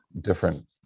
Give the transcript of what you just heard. different